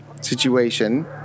situation